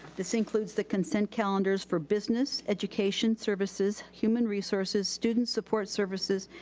this includes the consent calendar's for business, education, services, human resources, student support services,